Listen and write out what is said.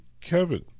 Kevin